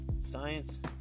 science